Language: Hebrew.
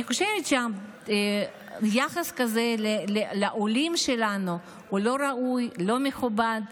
אני חושבת שיחס כזה לעולים הוא לא ראוי, לא מכובד.